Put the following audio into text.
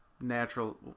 natural